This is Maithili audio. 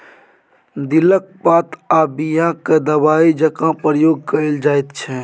दिलक पात आ बीया केँ दबाइ जकाँ प्रयोग कएल जाइत छै